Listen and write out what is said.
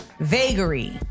vagary